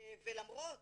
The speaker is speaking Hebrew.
למרות